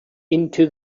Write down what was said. into